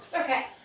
Okay